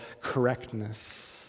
correctness